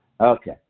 Okay